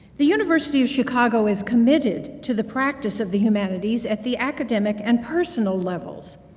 the university of chicago is committed to the practice of the humanities at the academic and personal levels.